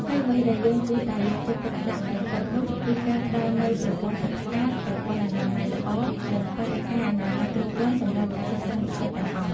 ហើយអ្វីដែលយើងគួរតែយកចិត្តទុកដាក់បំផុតនោះគឺការផ្តល់នូវប្រពន្ធ័ទឺកស្អាត ប្រពន្ធ័អនាម័យល្អ និងបរិក្ខារអនាម័យគ្រប់គ្រាន់សម្រាប់សិស្សានុសិស្សទាំងអស់។